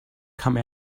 come